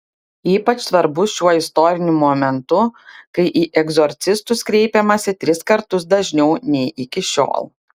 ypač svarbus šiuo istoriniu momentu kai į egzorcistus kreipiamasi tris kartus dažniau nei iki šiol